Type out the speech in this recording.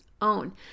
own